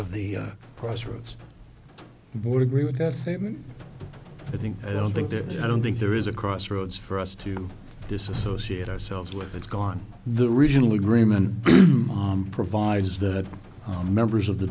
board agree with that statement i think i don't think that i don't think there is a crossroads for us to disassociate ourselves with it's gone the original agreement provides that members of the